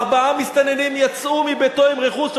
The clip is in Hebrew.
ארבעה מסתננים יצאו מביתו עם רכוש.